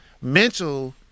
mental